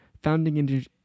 Founding